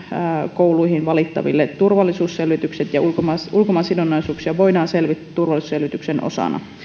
kouluihin valittaville turvallisuusselvitykset ja ulkomaansidonnaisuuksia voidaan selvittää turvallisuusselvityksen osana